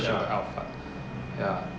ya